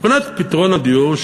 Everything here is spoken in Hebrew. מבחינת פתרון הדיור,